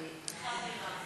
"לא מכיר ולא יהיה".